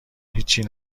هیچی